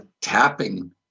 tapping